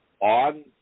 On